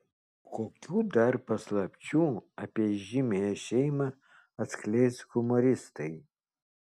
kokių dar paslapčių apie įžymiąją šeimą atskleis humoristai